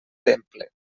temple